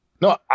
no